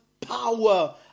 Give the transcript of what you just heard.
POWER